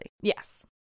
Yes